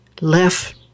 left